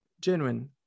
genuine